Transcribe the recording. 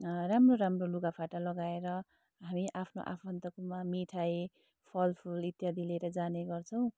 राम्रो राम्रो लुगाफाटा लगाएर हामी आफ्नो आफन्तकोमा मिठाई फलफुल इत्यादि लिएर जाने गर्छौँ